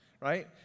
right